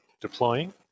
deploying